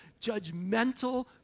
judgmental